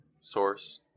Source